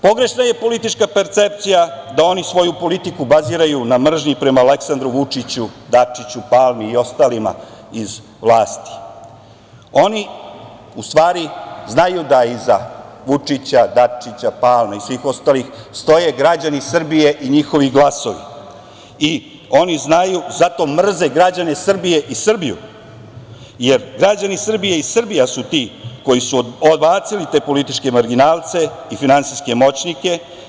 Pogrešna je politička percepcija da oni svoju politiku baziraju na mržnji prema Aleksandru Vučiću, Dačiću, Palmi i ostalima iz vlasti, oni u stvari znaju da iza Vučića, Dačića, Palme i svih ostalih stoje građani Srbije i njihovi glasovi i oni znaju zato mrze građane Srbije i Srbiju, jer građani Srbije i Srbija su ti koji su odbacili te političke marginalce i finansijske moćnike.